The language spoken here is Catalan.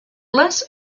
les